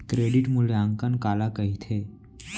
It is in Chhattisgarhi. क्रेडिट मूल्यांकन काला कहिथे?